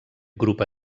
grup